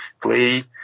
play